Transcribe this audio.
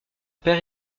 père